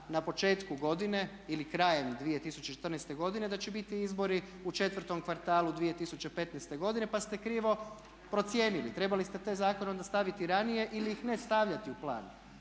na početku godine ili krajem 2014. godine da će biti izbori u četvrtom kvartalu 2015. godine pa ste krivo procijenili. Trebali ste te zakone onda staviti ranije ili ih ne stavljati u plan.